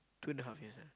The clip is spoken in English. two and a half years ah